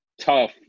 tough